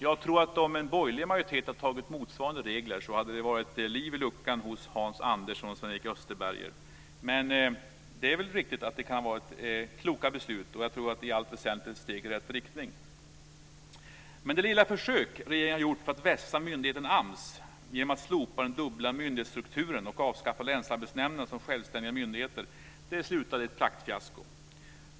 Jag tror att om en borgerlig majoritet hade antagit motsvarande regler hade det blivit liv i luckan hos Hans Andersson och Sven Erik Österberg. Men det kan vara kloka beslut, och jag tror att de i allt väsentligt är steg i rätt riktning. Men det lilla försök som regeringen har gjort att vässa myndigheten AMS genom att slopa den dubbla myndighetsstrukturen och avskaffa länsarbetsnämnderna som självständiga myndigheter slutade i ett praktfiasko.